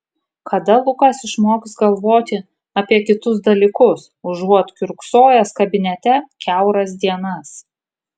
kada lukas išmoks galvoti apie kitus dalykus užuot kiurksojęs kabinete kiauras dienas